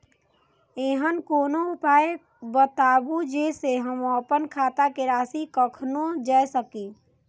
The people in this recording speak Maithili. ऐहन कोनो उपाय बताबु जै से हम आपन खाता के राशी कखनो जै सकी?